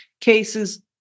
cases